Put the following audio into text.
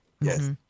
Yes